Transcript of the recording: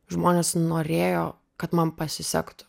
žmonės norėjo kad man pasisektų